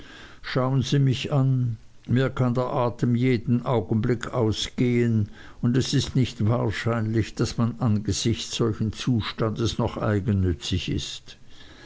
schauen sie mich an mir kann der atem jeden augenblick ausgehen und es ist nicht wahrscheinlich daß man angesichts solchen zustandes noch eigennützig ist